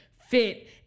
fit